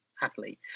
happily